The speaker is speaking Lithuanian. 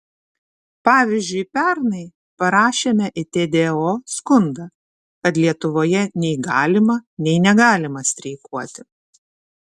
pavyzdžiui pernai parašėme į tdo skundą kad lietuvoje nei galima nei negalima streikuoti